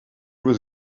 was